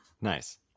Nice